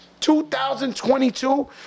2022